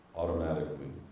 automatically